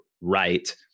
right